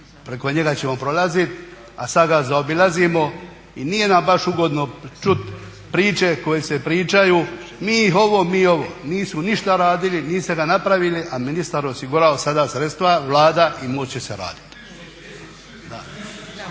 preko njega ćemo prolaziti a sada ga zaobilazimo. I nije nam baš ugodno čuti priče koje se pričaju, mi ovo, mi ono. Nisu ništa radili, niste ga napravili a ministar je osigurao sada sredstva, Vlada i most će se raditi.